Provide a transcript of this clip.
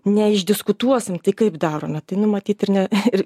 ne išdiskutuosim tai kaip darome tai nu matyt ir ne ir